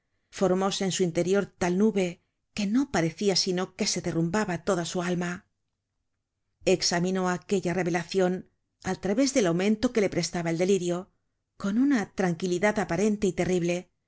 formóse en su interior tal nube que no parecia sino que se derrumbaba toda su alma content from google book search generated at examinó aquella revelacion al través del aumento que le prestaba el delirio con una tranquilidad aparente y terrible